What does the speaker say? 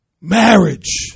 Marriage